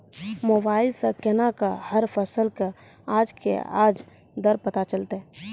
Mobile सऽ केना कऽ हर फसल कऽ आज के आज दर पता चलतै?